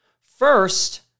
First